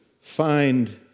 find